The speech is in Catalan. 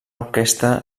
orquestra